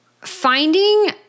finding